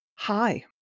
Hi